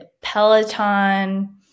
Peloton